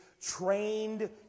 trained